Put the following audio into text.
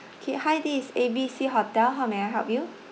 okay hi this is A_B_C hotel how may I help you